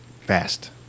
fast